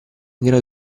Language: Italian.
grado